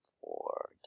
Four